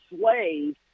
slave